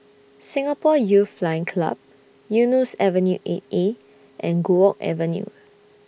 Singapore Youth Flying Club Eunos Avenue eight A and Guok Avenue